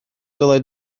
dylai